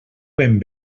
ben